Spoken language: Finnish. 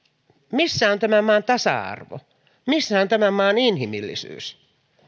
on tämän maan tasa arvo missä on tämän maan inhimillisyys missä